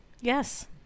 Yes